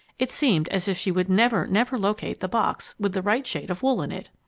it seemed as if she would never, never locate the box with the right shade of wool in it!